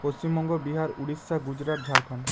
Paschimbanga Bihar Orissa Gujarat Jharkhand